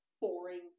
boring